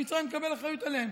שמצרים תקבל אחריות עליהם.